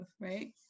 Right